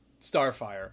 starfire